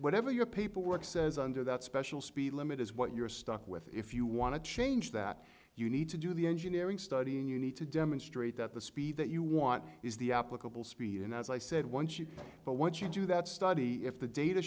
whatever your paperwork says under that special speed limit is what you're stuck with if you want to change that you need to do the engineering study and you need to demonstrate that the speed that you want is the applicable speed and as i said once you but once you do that study if the data